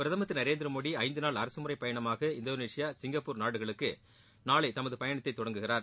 பிரதமர் திரு நரேந்திரமோடி ஐந்து நாள் அரசுமுறைப் பயணமாக இந்தோனேஷியா சிங்கப்பூர் நாடுகளுக்கு நாளை தமது பயணத்தை தொடங்குகிறார்